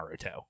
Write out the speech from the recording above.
naruto